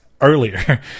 Earlier